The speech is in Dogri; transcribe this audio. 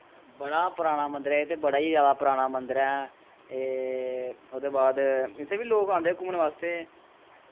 बड़ा पराना मन्दर ऐ एह् ते बड़ा ई जादा पराना मन्दर ऐ एह् ओह्दे बाद इत्थें बी लोक आंदे घूमन बास्तै